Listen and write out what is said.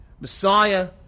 Messiah